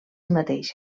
mateixa